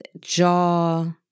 jaw